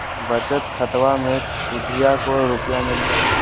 बचत खाताबा मे सुदीया को रूपया मिलते?